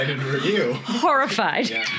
horrified